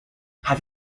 have